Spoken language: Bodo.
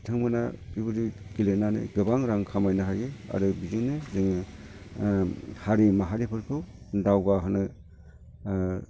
बिथांमोना बिबादि गेलेनानै गोबां रां खामायनो हायो आरो बिदिनो जोङो हारि माहारिफोरखौ दावगाहोनो